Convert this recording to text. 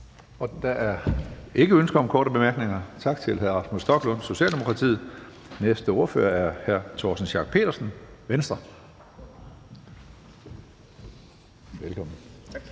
Der er ikke ønske om korte bemærkninger. Tak til hr. Rasmus Stoklund, Socialdemokratiet. Næste ordfører er hr. Torsten Schack Pedersen, Venstre. Velkommen.